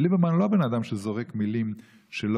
וליברמן הוא לא בן אדם שזורק מילים לא